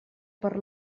per